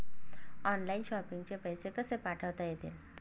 Online shopping चे पैसे कसे पाठवता येतील?